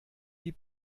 die